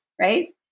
right